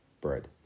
bread